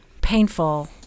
Painful